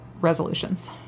resolutions